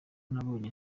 nabonye